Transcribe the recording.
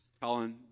Colin